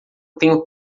tenho